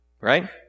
Right